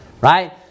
right